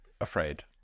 afraid